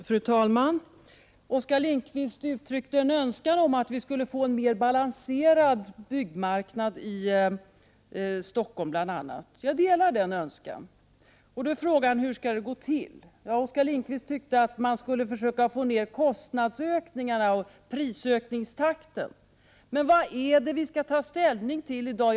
Fru talman! Oskar Lindkvist uttryckte en önskan om att vi skulle få en mer balanserad byggmarknad, bl.a. i Stockholm. Jag delar denna önskan. Frågan är hur detta skall gå till. Oskar Lindkvist tyckte att man skall försöka få ned kostnadsoch prisökningstakten. Men vad är det vi skall ta ställning till i dag?